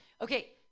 Okay